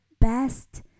best